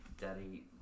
Daddy